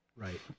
right